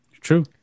true